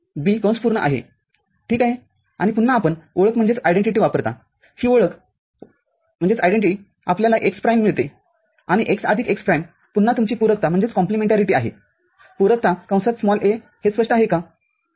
आणि पुन्हा आपण ओळख वापरता ही ओळख ओळख आपल्याला x प्राइम मिळतेआणि x आदिक x प्राइम पुन्हा तुमची पूरकता आहे पूरकता हे स्पष्ट आहे का